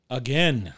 again